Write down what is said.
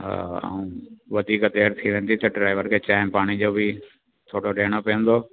हा ऐं वधीक देरि थी वेंदी त ड्राइवर खे चांहि पाणीअ जो बि थोरो ॾियणो पवंदो